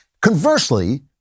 Conversely